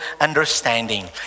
understanding